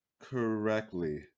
correctly